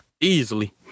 easily